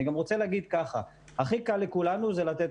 אני גם רוצה לומר שהכי קל לכולנו זה לתת